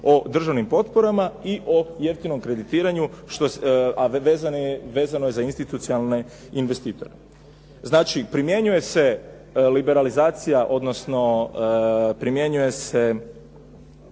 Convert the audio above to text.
o državnim potporama i o jeftinom kreditiranju, a vezano je za institucionalne investitore. Znači primjenjuje se liberalizacija, odnosno primjenjuje se